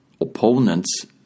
opponents